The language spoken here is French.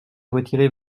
retirer